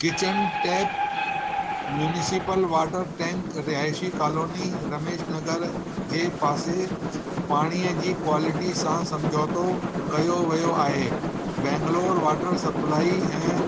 kitchen tap municipal water tank रिहाइशी colony Rameshnagar जे पासे पाणीअ जी क्वालिटी सां समझौतो कयो वियो आहे बैंगलोर वाटर सप्लाइ ऐं